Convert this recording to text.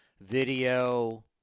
video